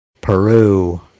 Peru